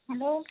hello